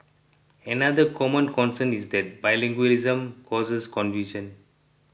another common concern is that bilingualism causes confusion